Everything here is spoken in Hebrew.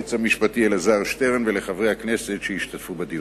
ליועץ המשפטי אלעזר שטרן ולחברי הכנסת שהשתתפו בדיון.